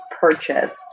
purchased